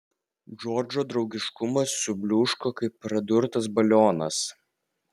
džordžo draugiškumas subliūško kaip pradurtas balionas